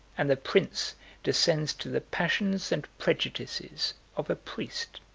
and the prince descends to the passions and prejudices of a priest.